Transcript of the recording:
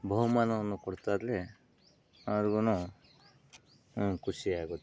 ಬಹುಮಾನವನ್ನು ಕೊಟ್ಟಲ್ಲಿ ಅವ್ರ್ಗೂ ಒಂದು ಖುಷಿಯಾಗುತ್ತೆ